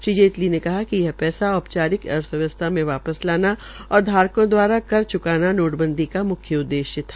श्री जेतली ने कहा कि वह पैसा औपचारिक अर्थव्यवस्था में वापस लाना और धारकों द्वारा कर च्काना नोटबंदी का म्ख्य उद्देश्य था